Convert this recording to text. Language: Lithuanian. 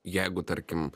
jeigu tarkim